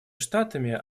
штатами